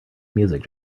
music